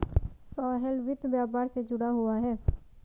सोहेल वित्त व्यापार से जुड़ा हुआ है